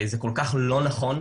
זה כל כך לא נכון.